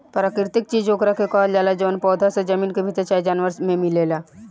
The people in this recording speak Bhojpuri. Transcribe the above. प्राकृतिक चीज ओकरा के कहल जाला जवन पौधा से, जमीन के भीतर चाहे जानवर मे मिलेला